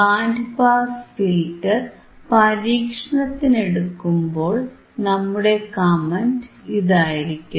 band pass filter പരീക്ഷണത്തിനെടുക്കുമ്പോൾ നമ്മുടെ comment ഇതായിരിക്കും